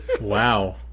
Wow